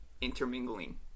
intermingling